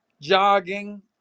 jogging